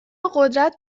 قدرت